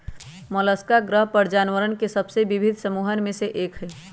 Mollusca ग्रह पर जानवरवन के सबसे विविध समूहन में से एक हई